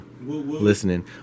listening